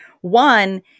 One